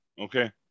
okay